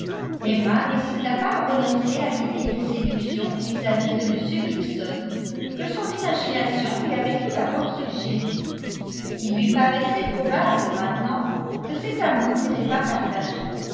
emma n'hésita pas à renoncer à l'idée de séduction vis-à-vis de m dixon que son imagination lui avait tout d'abord suggérée il lui paraissait probable maintenant que cet amour n'était pas partagé